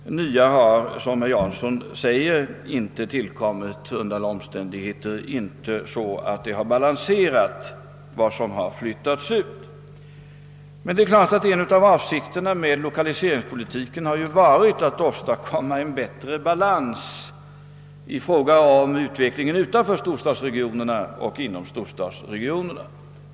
Några nya har, såsom herr Jansson nämnde, inte tillkommit, under alla omständigheter inte i sådan utsträckning att de har balanserat utflyttningen. Självfallet har en av avsikterna med lokaliseringspolitiken varit att åstadkomma en bättre balans i fråga om utvecklingen utanför storstadsregionerna men även inom dessa.